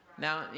Now